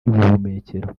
y’ubuhumekero